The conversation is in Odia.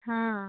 ହଁ